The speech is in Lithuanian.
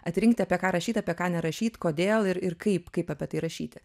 atrinkti apie ką rašyt apie ką nerašyt kodėl ir ir kaip kaip apie tai rašyti